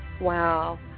wow